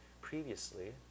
previously